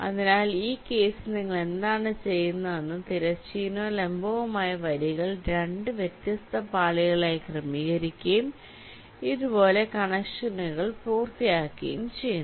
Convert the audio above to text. അതിനാൽ ഈ കേസിൽ നിങ്ങൾ എന്താണ് ചെയ്യുന്നതെന്ന് തിരശ്ചീനവും ലംബവുമായ വരികൾ രണ്ട് വ്യത്യസ്ത പാളികളായി ക്രമീകരിക്കുകയും നിങ്ങൾ ഇതുപോലെ കണക്ഷനുകൾ പൂർത്തിയാക്കുകയും ചെയ്യുന്നു